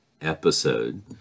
episode